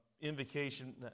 invocation